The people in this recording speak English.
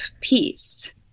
peace